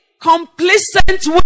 complacent